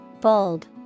Bold